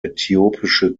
äthiopische